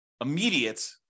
immediate